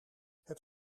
het